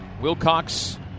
Wilcox